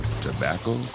tobacco